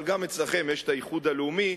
אבל גם אצלכם יש האיחוד הלאומי,